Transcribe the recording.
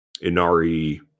Inari